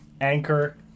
anchor